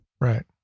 Right